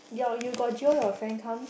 your you got jio your friend come